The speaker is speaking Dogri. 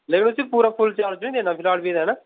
नेईं उसी पूरा फुल चार्ज नी देना फिलहाल ना